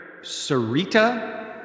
Sarita